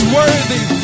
worthy